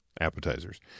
appetizers